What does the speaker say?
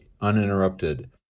uninterrupted